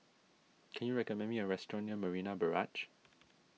can you recommend me a restaurant near Marina Barrage